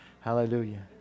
Hallelujah